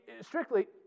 strictly